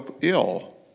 ill